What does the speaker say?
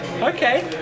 Okay